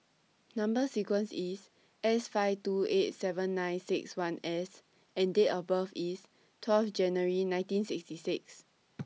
Number sequence IS S five two eight seven nine six one S and Date of birth IS twelve January nineteen sixty six